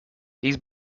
these